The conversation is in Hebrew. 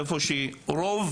איפה שרוב